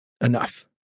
Enough